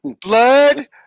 Blood